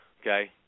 okay